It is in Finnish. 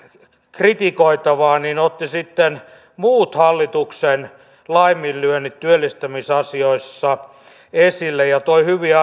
kritikoitavaa niin hän otti sitten muut hallituksen laiminlyönnit työllistämisasioissa esille ja toi hyviä